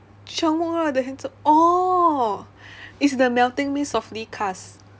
ji chang wook lah the handsome oh it's the melting me softly cast